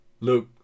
Luke